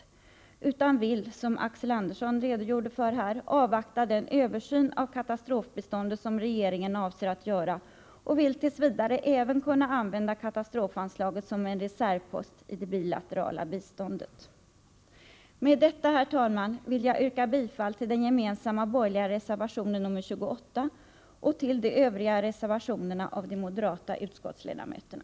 Den socialistiska majoriteten vill, som Axel Andersson sade, avvakta den översyn av katastrofbiståndet som regeringen avser att göra och vill tills vidare även kunna använda katastrofanslaget som en reservpost i det bilaterala biståndet. Med detta, herr talman, vill jag yrka bifall till den gemensamma borgerliga reservationen nr 28 och till de övriga reservationerna av de moderata utskottsledamöterna.